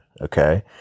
Okay